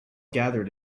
gathered